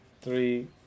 three